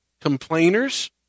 Complainers